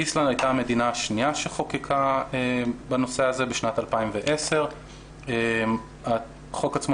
איסלנד הייתה המדינה השנייה שחוקקה בנושא הזה בשנת 2010. החוק עצמו